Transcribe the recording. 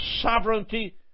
sovereignty